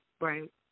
Right